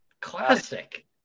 Classic